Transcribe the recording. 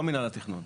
לא מינהל התכנון.